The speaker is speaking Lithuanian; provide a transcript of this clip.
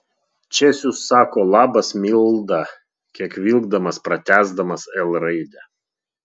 česius sako labas milda kiek vilkdamas patęsdamas l raidę